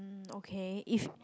um okay if